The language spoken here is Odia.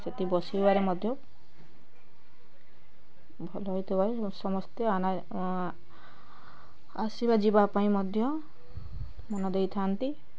ସେଠି ବସିବାରେ ମଧ୍ୟ ଭଲ ହୋଇଥାଏ ଏବଂ ସମସ୍ତେ ଆସିବା ଯିବା ପାଇଁ ମଧ୍ୟ ମନ ଦେଇଥାନ୍ତି